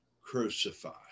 crucified